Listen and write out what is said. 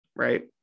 Right